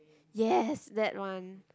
yes that one